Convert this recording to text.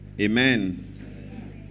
Amen